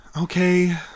Okay